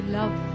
love